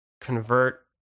convert